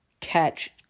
catch